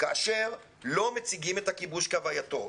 כאשר לא מציגים את הכיבוש כהווייתו.